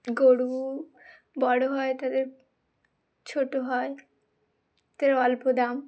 গরু বড় হয় তাদের ছোট হয় তার অল্প দাম